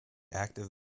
active